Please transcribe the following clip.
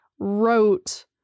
wrote